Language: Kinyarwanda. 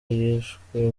yishwe